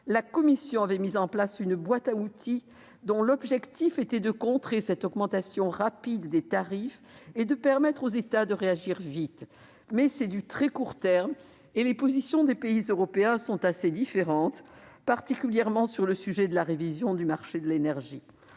La Commission avait mis en place une boîte à outils, dont l'objectif était de contrer cette augmentation rapide des tarifs et de permettre aux États de réagir vite, mais cette réponse est de très court terme et les intérêts des pays européens sont assez divergents, particulièrement en ce qui concerne la révision du marché intérieur